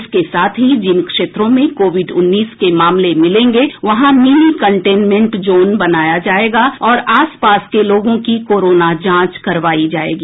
इसके साथ ही जिन क्षेत्रों में कोविड उन्नीस के मामले मिलेंगे वहां मिनी कंटेनमेंट जोन बनाया जायेगा और आसपास के लोगो की कोरोना जांच करवायी जायेगी